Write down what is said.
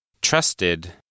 Trusted